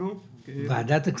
מוועדת הכספים?